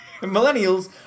Millennials